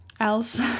else